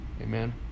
amen